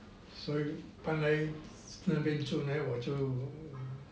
所以搬来那边住我就